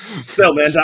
spellman